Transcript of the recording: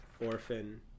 orphan